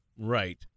Right